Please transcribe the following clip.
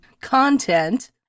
content